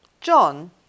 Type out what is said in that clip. John